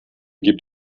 gibt